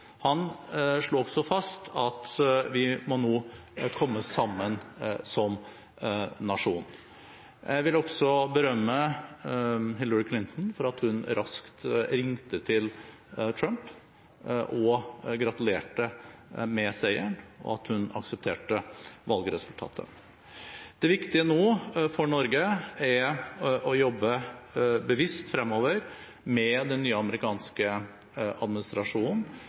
Han slo også fast at vi nå må komme sammen som nasjon. Jeg vil også berømme Hillary Clinton for at hun raskt ringte til Trump og gratulerte med seieren, og at hun aksepterte valgresultatet. Det viktige nå for Norge er å jobbe bevisst fremover med den nye amerikanske administrasjonen